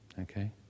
okay